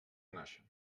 naixen